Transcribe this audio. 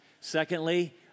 Secondly